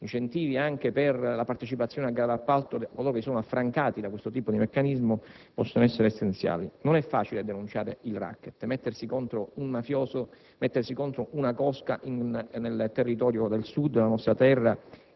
denuncia e alla partecipazione a gare di appalto per coloro che sono affrancati da questo tipo di meccanismo possano essere essenziali. Non è facile denunciare il racket, mettersi contro un mafioso o una cosca nel territorio del Sud, nella nostra terra